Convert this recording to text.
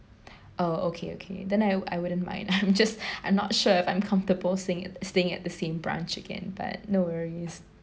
oh okay okay then I I wouldn't mind I'm just I'm not sure if I'm comfortable staying at staying at the same branch again but no worries